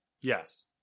Yes